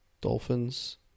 dolphins